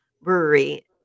brewery